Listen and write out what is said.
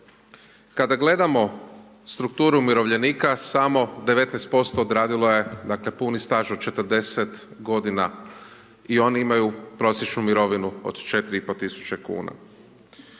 Kada gledamo strukturu umirovljenika, samo 19% odradilo je puni staž od 40 godina i oni imaju prosječnu mirovinu od 4500 kuna.